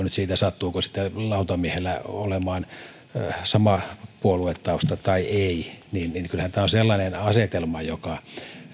nyt siitä sattuuko lautamiehellä olemaan sama puoluetausta vai ei niin niin kyllähän tämä on sellainen asetelma joka